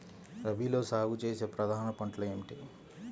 రబీలో సాగు చేసే ప్రధాన పంటలు ఏమిటి?